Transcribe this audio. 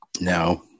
No